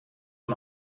van